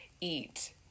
eat